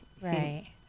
Right